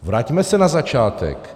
Vraťme se na začátek!